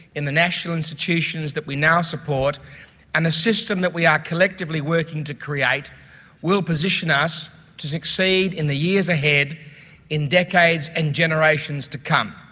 in the national institutions that we now support and the system that we are collectively working to create will position us to succeed in the years ahead in decades and generations to come.